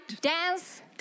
dance